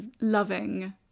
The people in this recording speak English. loving